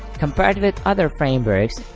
compared with other frameworks,